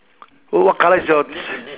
what colour is yours